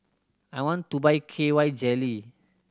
I want to buy K Y Jelly